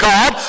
God